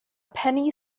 penny